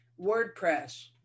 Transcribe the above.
WordPress